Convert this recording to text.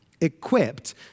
equipped